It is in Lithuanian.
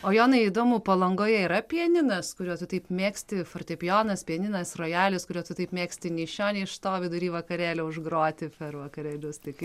o jonai įdomu palangoje yra pianinas kuriuo taip mėgsti fortepijonas pianinas rojalis kuriuo tu taip mėgsti nei iš šio nei iš to vidury vakarėlio užgroti per vakarėlius tai kai